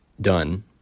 done